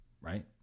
right